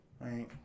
Right